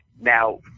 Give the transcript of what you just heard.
Now